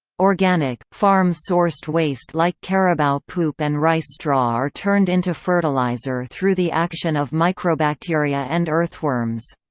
organic, farm-sourced waste like carabao poop and rice straw are turned into fertilizer through the action of microbacteria and earthworms.